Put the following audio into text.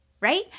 right